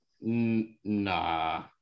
Nah